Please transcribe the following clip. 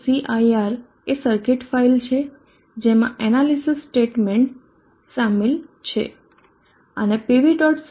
cir એ circuit file છે જેમાં એનાલીસીસ સ્ટેટમેન્ટ્સ સામેલ છે અને pv